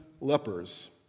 lepers